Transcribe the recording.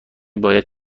باید